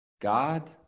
God